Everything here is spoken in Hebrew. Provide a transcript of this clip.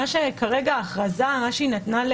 מה שכרגע ההכרזה מה שהיא נתנה,